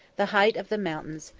the height of the mountains,